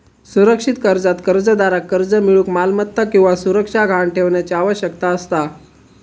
सुरक्षित कर्जात कर्जदाराक कर्ज मिळूक मालमत्ता किंवा सुरक्षा गहाण ठेवण्याची आवश्यकता असता